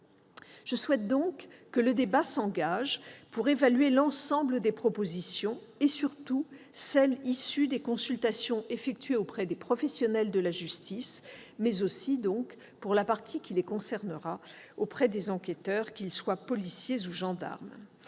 Je souhaite donc que le débat s'engage, pour évaluer l'ensemble des propositions et, surtout, celles qui sont issues des consultations effectuées auprès des professionnels de la justice, mais aussi, pour la partie qui les concerne, auprès des enquêteurs, qu'ils soient policiers ou gendarmes.